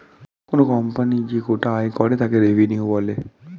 কোনো কোম্পানি যে গোটা আয় করে তাকে রেভিনিউ বলে